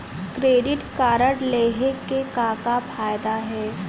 Credit card लेहे के का का फायदा हे?